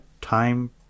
time